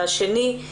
והשני הוא "אלבוסתן"